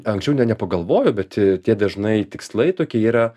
anksčiau nė nepagalvojau bet tie dažnai tikslai tokie yra